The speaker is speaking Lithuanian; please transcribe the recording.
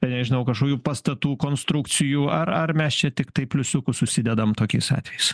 nežinau kažkokių pastatų konstrukcijų ar ar mes čia tiktai pliusiukus susidedam tokiais atvejais